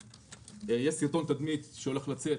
יש סרטון הסברה שהולך להסביר לצרכנים